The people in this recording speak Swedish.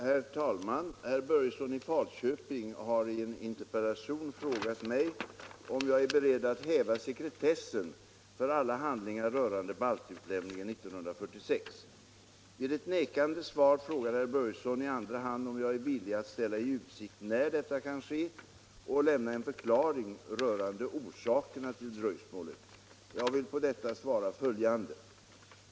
Herr talman! Herr Börjesson i Falköping har i en interpellation frågat mig om jag är beredd att häva sekretessen för alla handlingar rörande baltutlämningen 1946. Vid ett nekande svar frågar herr Börjesson i andra hand om jag är ”villig att ställa i utsikt när detta kan ske och lämna en förklaring rörande orsakerna till dröjsmålet”. Jag vill på detta svara följande.